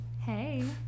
Hey